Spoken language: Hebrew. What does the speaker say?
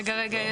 רגע, רגע.